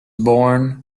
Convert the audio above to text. born